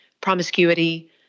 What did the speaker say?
promiscuity